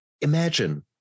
Imagine